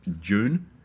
june